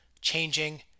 changing